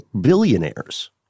billionaires